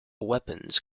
weapons